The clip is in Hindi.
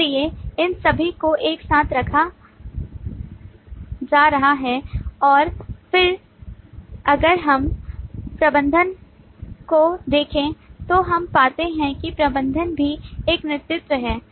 इसलिए इन सभी को एक साथ रखा जा रहा है और फिर अगर हम प्रबंधक को देखें तो हम पाते हैं कि प्रबंधक भी एक नेतृत्व है